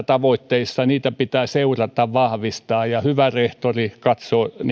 tavoitteissa seurata vahvistaa ja hyvä rehtori katsoo